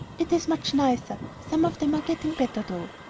it is much nicer. some of them are getting better, though.